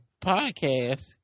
podcast